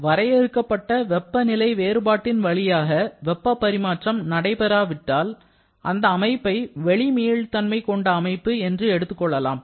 அதைப்போல வரையறுக்கப்பட்ட வெப்பநிலை வேறுபாட்டின் வழியாக வெப்ப பரிமாற்றம் நடைபெறாவிட்டால் அந்த அமைப்பை வெளி மீள்தன்மை கொண்ட அமைப்பு என்று எடுத்துக்கொள்ளலாம்